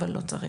אבל לא צריך,